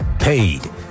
paid